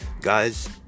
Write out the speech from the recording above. guys